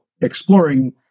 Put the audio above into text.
exploring